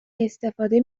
استفاده